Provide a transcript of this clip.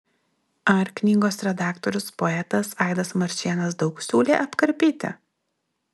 ar knygos redaktorius poetas aidas marčėnas daug siūlė apkarpyti